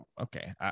okay